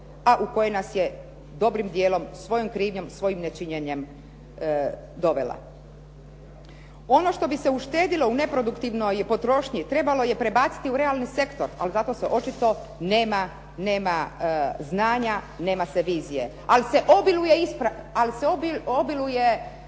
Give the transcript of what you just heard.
a u kojim nas je dijelom svojom krivnjom, svojim nečinjenjem dovela. Ono što bi se uštedilo u neproduktivnoj potrošnji trebalo je prebaciti u realni sektor, ali zato se očito nema znanja i nema se vizije. Ali se obiluje